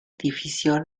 edificio